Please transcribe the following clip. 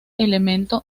elemento